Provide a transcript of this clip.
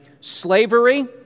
slavery